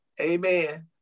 Amen